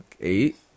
Eight